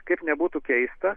kaip nebūtų keista